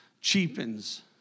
cheapens